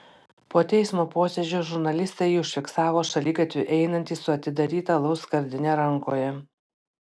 po teismo posėdžio žurnalistai jį užfiksavo šaligatviu einantį su atidaryta alaus skardine rankoje